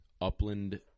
upland